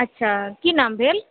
अच्छा कि नाम भेल